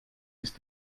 ist